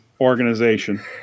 organization